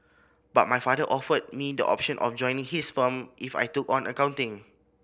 but my father offered me the option of joining his firm if I took on accounting